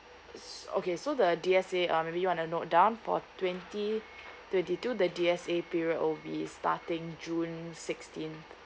okay so the D_S_A um maybe you want to note down for twenty twenty two they do the D_S_A period will be starting june sixteen